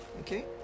okay